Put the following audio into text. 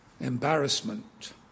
embarrassment